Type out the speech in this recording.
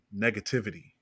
negativity